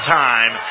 time